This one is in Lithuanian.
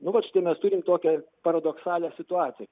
nu vat štai mes turim tokią paradoksalią situaciją